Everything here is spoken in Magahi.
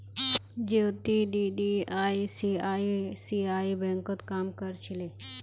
ज्योति दीदी आई.सी.आई.सी.आई बैंकत काम कर छिले